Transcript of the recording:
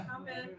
Amen